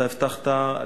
אתה הבטחת,